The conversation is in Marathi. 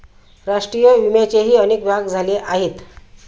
राष्ट्रीय विम्याचेही अनेक भाग झाले आहेत